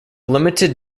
limited